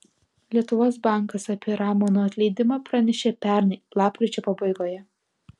lietuvos bankas apie ramono atleidimą pranešė pernai lapkričio pabaigoje